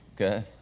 okay